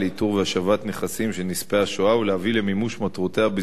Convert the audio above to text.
יציג שוב השר גלעד ארדן, בבקשה.